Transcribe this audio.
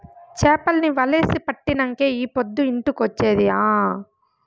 చేపల్ని వలేసి పట్టినంకే ఈ పొద్దు ఇంటికొచ్చేది ఆ